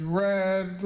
red